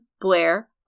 Blair